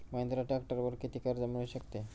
महिंद्राच्या ट्रॅक्टरवर किती कर्ज मिळू शकते?